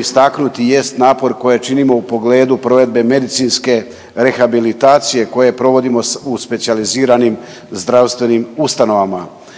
istaknuti jest napor koji činimo u pogledu provedbe medicinske rehabilitacije koje provodimo u specijaliziranim zdravstvenim ustanovama.